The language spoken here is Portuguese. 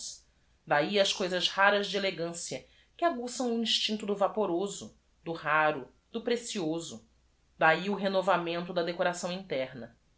ahi as coisas raras de elegância que aguçam o instincto do vaporoso do raro do precioso d ahi o renovamento da decoração interna